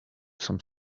some